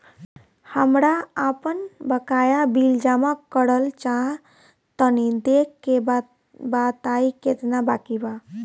हमरा आपन बाकया बिल जमा करल चाह तनि देखऽ के बा ताई केतना बाकि बा?